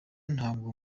ntabwo